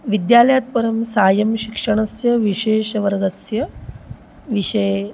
विद्यालयात् परं सायं शिक्षणस्य विशेषवर्गस्य विषये